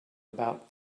about